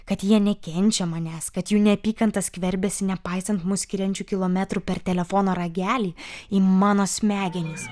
kad jie nekenčia manęs kad jų neapykanta skverbiasi nepaisant mus skiriančių kilometrų per telefono ragelį į mano smegenis